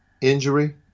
injury